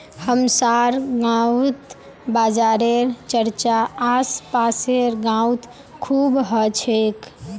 हमसार गांउत बाजारेर चर्चा आस पासेर गाउत खूब ह छेक